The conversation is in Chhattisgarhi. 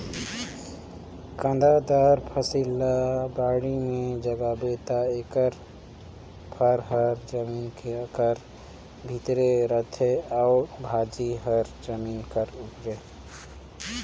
कांदादार फसिल ल बाड़ी में जगाबे ता एकर फर हर जमीन कर भीतरे रहथे अउ भाजी हर जमीन कर उपर